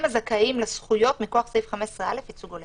הם הזכאים לזכויות מכוח סעיף 15א ייצוג הולם.